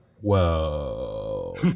Whoa